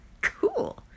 Cool